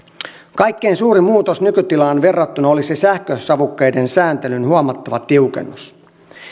kaikkein suurin muutos nykytilaan verrattuna olisi sähkösavukkeiden sääntelyn huomattava tiukennus